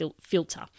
filter